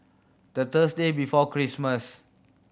the Thursday before Christmas